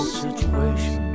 situation